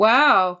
Wow